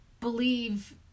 believe